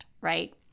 right